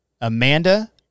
Amanda